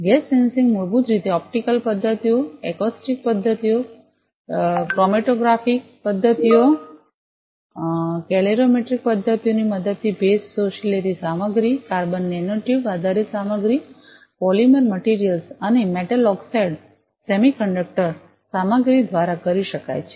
gas sensing મૂળભૂત રીતે optical પદ્ધતિઓ એકોસ્ટિક પદ્ધતિઓ ક્રોમેટોગ્રાફિક પદ્ધતિઓ કેલરીમેટ્રિક પદ્ધતિઓની મદદથી ભેજ શોષી લેતી સામગ્રી કાર્બન નેનોટ્યુબ આધારિત સામગ્રી પોલિમર મટિરિયલ્સ અને મેટલ ઓક્સાઇડ સેમિકન્ડક્ટર સામગ્રી દ્વારા કરી શકાય છે